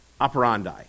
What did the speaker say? operandi